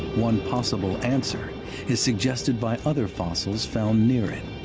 one possible answer is suggested by other fossils found near it.